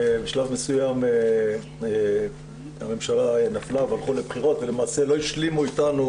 בשלב מסוים הממשלה נפלה והלכו לבחירות ולמעשה לא השלימו איתנו